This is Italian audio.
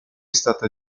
stata